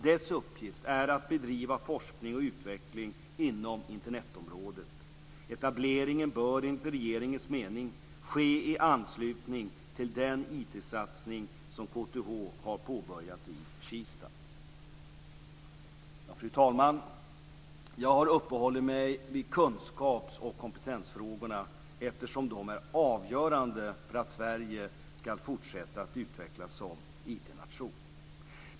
Dess uppgift är att bedriva forskning och utveckling inom Internetområdet. Etableringen bör enligt regeringens mening ske i anslutning till den IT-satsning som KTH har påbörjat i Kista. Fru talman! Jag har uppehållit mig vid kunskapsoch kompetensfrågorna eftersom de är avgörande för att Sverige ska fortsätta att utvecklas som IT-nation.